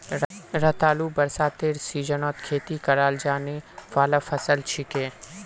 रतालू बरसातेर सीजनत खेती कराल जाने वाला फसल छिके